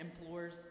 implores